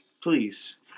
please